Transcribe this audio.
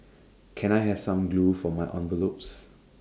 can I have some glue for my envelopes